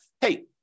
hey